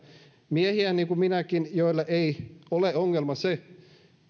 miehiä niin kuin minäkin joille ei ole ongelma